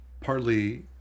partly